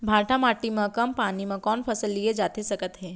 भांठा माटी मा कम पानी मा कौन फसल लिए जाथे सकत हे?